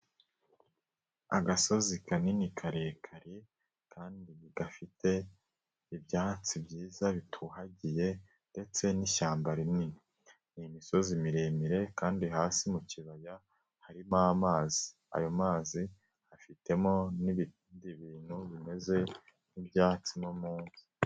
Agasozi kanini karekare kandi gafite ibyatsi byiza bitohagiye ndetse n'ishyamba rinini, ni imisozi miremire kandi hasi mu kibaya harimo amazi, ayo mazi afitemo n'ibindi bintu bimeze nk'ibyatsi no munsi.